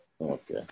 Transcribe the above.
Okay